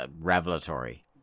revelatory